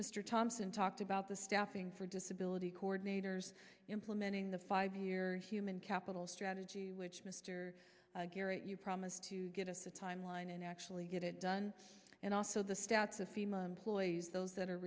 mr thompson talked about the staffing for disability coordinators implementing the five year human capital strategy which mr garrett you promised to give us a timeline and actually get it done and also the stats of female employees those that are